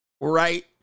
right